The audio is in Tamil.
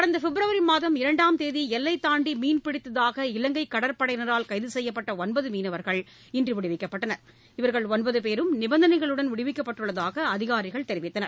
கடந்த பிப்ரவரி மாதம் இரண்டாம் தேதி எல்லைதாண்டி மீன்பிடித்ததாக இலங்கை கடற்படையினரால் கைது செய்யப்பட்ட ஒன்பது மீனவர்கள் இன்று விடுவிக்கப்பட்டனர் இவர்கள் ஒன்பதுபேரும் நிபந்தனைகளுடன் விடுவிக்கப்பட்டுள்ளதாக அதிகாரிகள் தெரிவித்தனர்